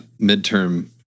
midterm